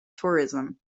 tourism